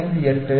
58 1